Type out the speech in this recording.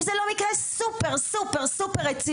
אם זה לא מקרה סופר סופר רציני,